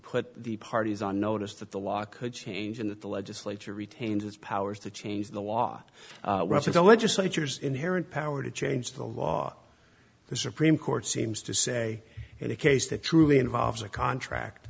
put the parties on notice that the law could change and that the legislature retains its powers to change the law to the legislatures inherent power to change the law the supreme court seems to say in a case that truly involves a contract